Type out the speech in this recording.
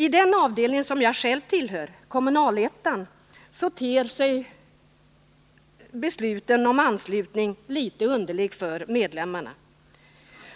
I den avdelning jag själv tillhör, Kommunalettan, ter sig besluten om anslutning litet underliga för medlemmarna.